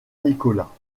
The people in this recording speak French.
nicolas